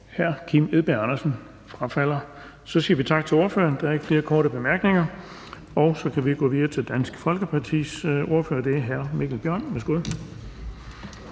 Hr. Kim Edberg Andersen frafalder. Så siger vi tak til ordføreren. Der er ikke flere korte bemærkninger. Og så kan vi gå videre til Dansk Folkepartis ordfører, og det er hr. Mikkel Bjørn. Værsgo.